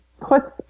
puts